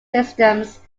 systems